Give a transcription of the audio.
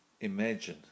imagine